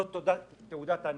זאת תעודת עניות.